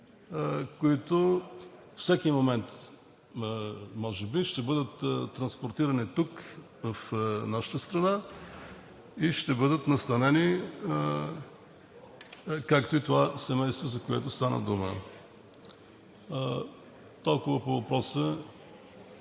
които всеки момент може би ще бъдат транспортирани тук, в нашата страна, и ще бъдат настанени, както и това семейство, за което стана дума. Толкова на въпроса